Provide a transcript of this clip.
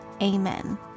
Amen